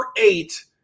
eight